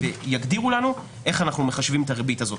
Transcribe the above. ויגדירו לנו איך אנחנו מחשבים את הריבית הזאת.